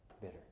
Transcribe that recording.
bitter